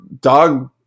dog